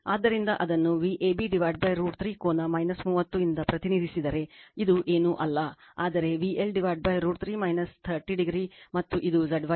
ಆದ್ದರಿಂದ ಅದನ್ನು Vab√ 3 ಕೋನ 30 ಇಂದ ಪ್ರತಿನಿಧಿಸಿದರೆ ಇದು ಏನೂ ಅಲ್ಲ ಆದರೆ VL√ 3 30o ಮತ್ತು ಇದು Zy ಆಗಿದೆ ಇದು ಪ್ರಸ್ತುತ ಹರಿಯುವ I a